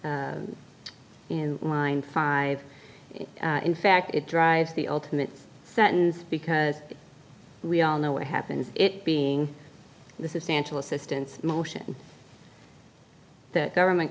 in mind five in fact it drives the ultimate sentence because we all know what happens it being this is santa assistance motion the government